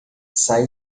saí